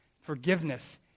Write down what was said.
forgiveness